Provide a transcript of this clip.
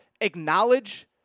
acknowledge